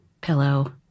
pillow